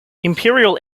imperial